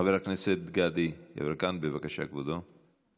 חבר הכנסת גדי יברקן, בבקשה, כבודו.